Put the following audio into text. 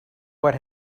what